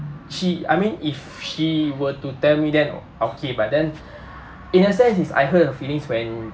she I mean if she were to tell me then okay but then in a sense is I hurt her feelings when